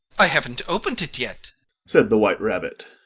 i haven't opened it yet said the white rabbit,